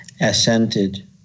assented